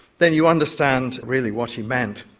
then you understand really what he meant.